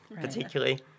particularly